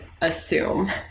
assume